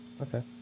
Okay